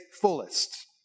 fullest